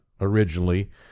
originally